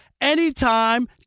anytime